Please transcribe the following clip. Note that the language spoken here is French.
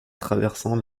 traversant